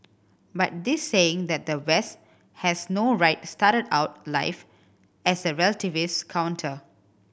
but this saying that the West has no right started out life as a relativist counter